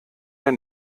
der